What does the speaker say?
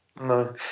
No